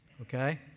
okay